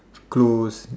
close